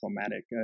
diplomatic